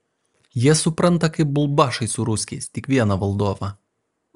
jie supranta kaip bulbašai su ruskiais tik vieną valdovą